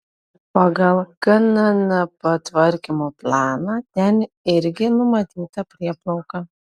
pagal knnp tvarkymo planą ten irgi numatyta prieplauka